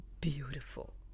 Beautiful